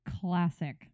Classic